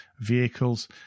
vehicles